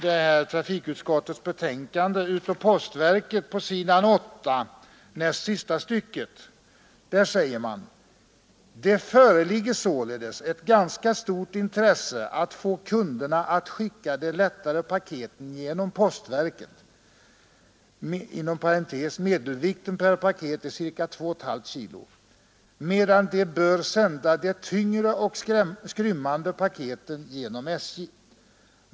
Det står i statsutskottets betänkande på sidan 8 näst sista stycket: ”Det föreligger således ett ganska stort intresse att få kunderna att skicka de lättare paketen genom Postverket , medan de bör sända de tyngre och skrymmande paketen genom SJ.